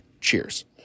Cheers